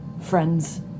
friends